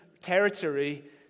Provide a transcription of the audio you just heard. territory